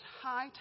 high